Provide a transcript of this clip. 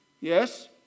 Yes